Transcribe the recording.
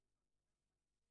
הראשי.